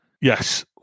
Yes